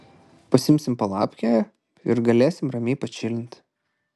pasiimsim palapkę ir galėsim ramiai pačilint